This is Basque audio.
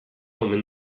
omen